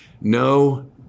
no